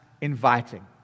inviting